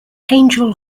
angell